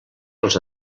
els